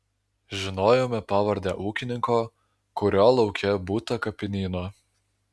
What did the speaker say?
žinojome pavardę ūkininko kurio lauke būta kapinyno